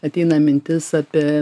ateina mintis apie